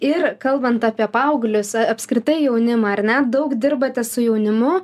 ir kalbant apie paauglius apskritai jaunimą ar ne daug dirbate su jaunimu